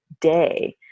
day